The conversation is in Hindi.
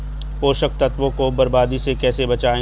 पोषक तत्वों को बर्बादी से कैसे बचाएं?